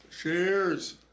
cheers